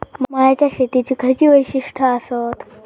मळ्याच्या शेतीची खयची वैशिष्ठ आसत?